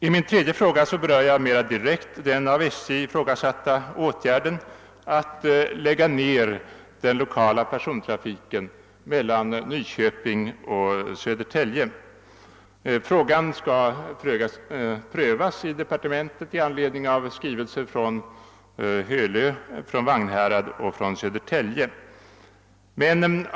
|: I min tredje fråga berör jag mera direkt den av SJ ifrågasatta åtgärden att lägga ner den lokala persontrafiken mellan Nyköping och Södertälje. Frågan skall prövas i departementet i anledning av skrivelser från Hölö, Vagnhärad och Södertälje.